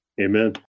Amen